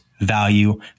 value